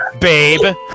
babe